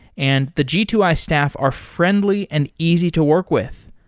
and the g two i staff are friendly and easy to work with.